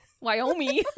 Wyoming